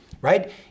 right